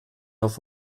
auf